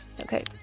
Okay